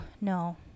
no